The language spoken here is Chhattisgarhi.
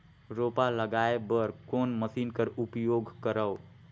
रोपा लगाय बर कोन मशीन कर उपयोग करव?